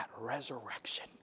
resurrection